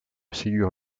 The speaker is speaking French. ségur